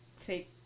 take